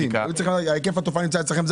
היקף התופעה נמצא אצלכם.